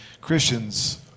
Christians